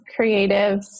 creatives